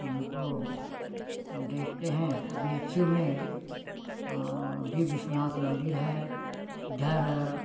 उनको देखते हैं बी एच यू में भी विश्वनाथ मंदिर है इधर